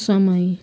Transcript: समय